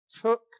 took